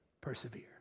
persevere